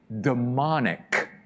Demonic